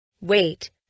Wait